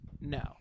no